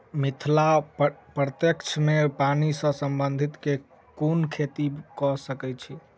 मिथिला प्रक्षेत्र मे पानि सऽ संबंधित केँ कुन खेती कऽ सकै छी?